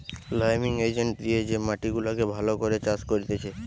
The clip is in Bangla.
লাইমিং এজেন্ট দিয়ে যে মাটি গুলাকে ভালো করে চাষ করতিছে